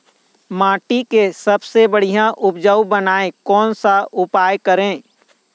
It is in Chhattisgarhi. माटी के सबसे बढ़िया उपजाऊ बनाए कोन सा उपाय करें?